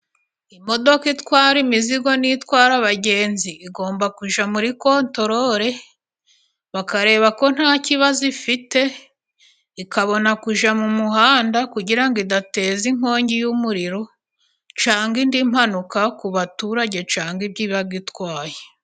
Imodoka itwara imizigo n'itwara abagenzi, igomba kujya muri kontorore bakareba ko nta kibazo ifite, ikabona kujya mu muhanda kugira ngo idateza inkongi y'umuriro cyangwa indi mpanuka ku baturage, cyangwa ibyo iba itwaye.